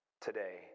today